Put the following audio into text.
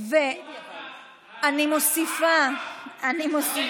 אני מוסיפה את